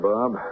Bob